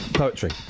Poetry